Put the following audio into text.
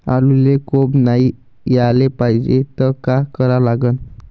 आलूले कोंब नाई याले पायजे त का करा लागन?